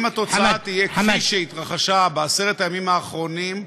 אם התוצאה תהיה כפי שהתרחשה בעשרת הימים האחרונים,